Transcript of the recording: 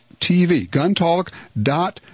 GunTalk.TV